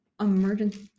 emergency